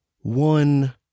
one